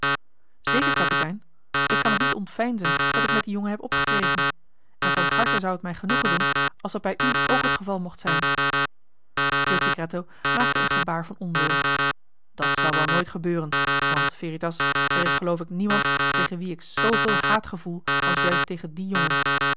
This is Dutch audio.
zeker kapitein ik kan het niet ontveinzen dat ik met dien jongen heb opgekregen en van harte zou het mij genoegen doen als dat bij u ook het geval mocht zijn il tigretto maakte een gebaar van onwil joh h been paddeltje de scheepsjongen van michiel de ruijter dat zal wel nooit gebeuren want veritas er is geloof ik niemand tegen wien ik zooveel haat gevoel als juist tegen dien jongen